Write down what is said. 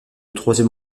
troisième